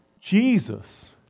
Jesus